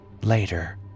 later